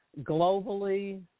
globally